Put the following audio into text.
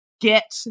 get